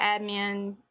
admin